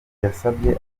yasabye